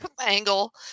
angle